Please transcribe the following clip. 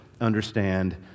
understand